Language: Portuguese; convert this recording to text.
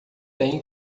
têm